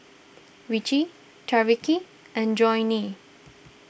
Ricci Tyreke and Johnnie